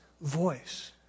voice